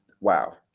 wow